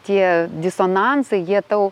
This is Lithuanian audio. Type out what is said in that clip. tie disonansai jie tau